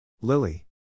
Lily